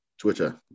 Twitter